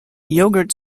yogurt